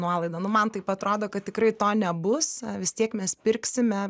nuolaida nu man taip atrodo kad tikrai to nebus vis tiek mes pirksime